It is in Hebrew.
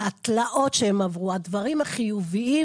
התלאות שהם עברו, הדברים החיוביים,